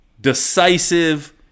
decisive